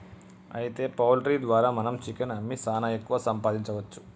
అయితే పౌల్ట్రీ ద్వారా మనం చికెన్ అమ్మి సాన ఎక్కువ సంపాదించవచ్చు